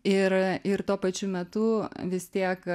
ir ir tuo pačiu metu vis tiek